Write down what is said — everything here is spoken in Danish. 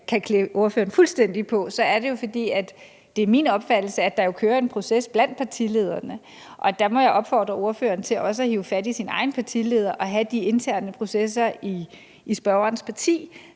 kan klæde ordføreren fuldstændig på, så er det jo, fordi det er min opfattelse, at der kører en proces blandt partilederne. Og der må jeg opfordre ordføreren til også at hive fat i sin egen partileder og have de interne processer i spørgerens parti,